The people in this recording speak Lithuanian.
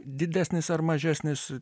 didesnis ar mažesnis